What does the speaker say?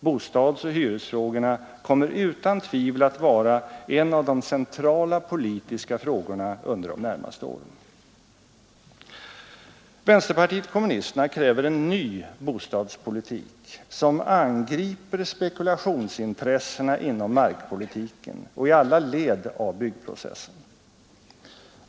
Bostadsoch hyresfrågorna kommer utan tvivel att vara en av de centrala politiska frågorna under de närmaste åren. Vänsterpartiet kommunisterna kräver en ny bostadspolitik som angriper spekulationsintressena inom markpolitiken och i alla led av byggprocessen.